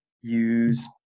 use